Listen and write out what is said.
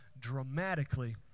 dramatically